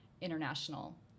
international